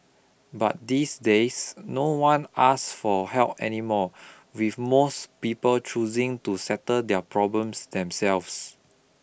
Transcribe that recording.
but these days no one asks for help anymore with most people choosing to settle their problems themselves